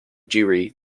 jewry